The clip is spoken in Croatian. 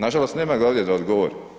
Nažalost nema ga ovdje da odgovori.